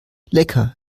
lecker